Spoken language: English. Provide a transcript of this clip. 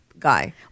guy